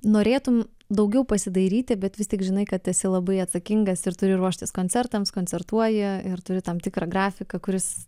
norėtum daugiau pasidairyti bet vis tik žinai kad esi labai atsakingas ir turi ruoštis koncertams koncertuoji ir turi tam tikrą grafiką kuris